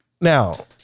now